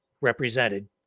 represented